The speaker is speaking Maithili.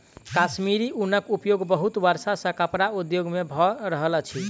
कश्मीरी ऊनक उपयोग बहुत वर्ष सॅ कपड़ा उद्योग में भ रहल अछि